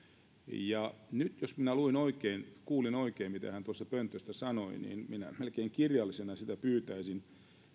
ja nyt jos minä kuulin oikein mitä hän tuosta pöntöstä sanoi niin minä melkein kirjallisena sitä pyytäisin